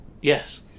Yes